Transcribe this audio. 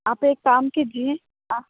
आप एक कम कीजिए